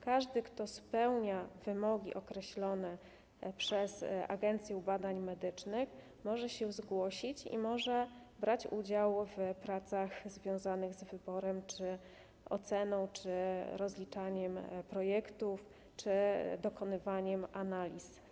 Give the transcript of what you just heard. Każdy, kto spełnia wymogi określone przez Agencję Badań Medycznych, może się zgłosić i brać udział w pracach związanych z wyborem, oceną, rozliczaniem projektów czy dokonywaniem analiz.